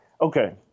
okay